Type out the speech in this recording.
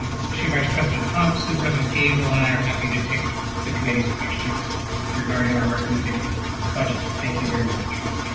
um associate vice president um tonneson, president gabel and i are happy to take the committee's questions regarding our recommended budget. thank you very much.